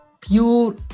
pure